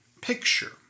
picture